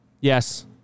Yes